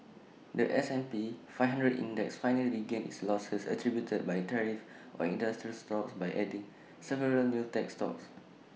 The S and P five hundred index finally regained its losses attributed by tariffs on industrial stocks by adding several new tech stocks